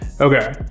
Okay